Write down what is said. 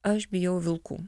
aš bijau vilkų